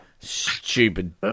Stupid